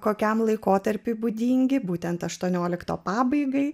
kokiam laikotarpiui būdingi būtent aštuoniolikto pabaigai